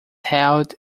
held